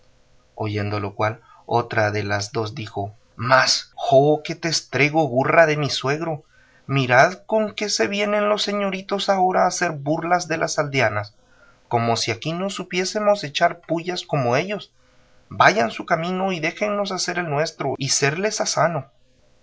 oyendo lo cual otra de las dos dijo mas jo que te estrego burra de mi suegro mirad con qué se vienen los señoritos ahora a hacer burla de las aldeanas como si aquí no supiésemos echar pullas como ellos vayan su camino e déjenmos hacer el nueso y serles ha sano